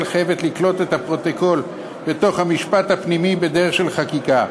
חייבת לקלוט את הפרוטוקול בתוך המשפט הפנימי בדרך של חקיקה.